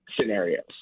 scenarios